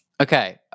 Okay